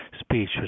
speech